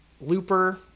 Looper